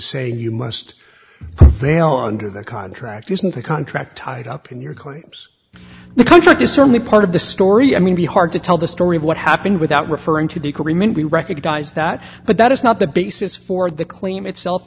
saying you must pay on to the contract isn't a contract tied up in your claims the contract is certainly part of the story i mean be hard to tell the story of what happened without referring to the cream and we recognize that but that is not the basis for the claim itself